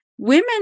Women